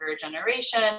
generation